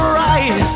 right